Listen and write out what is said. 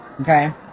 Okay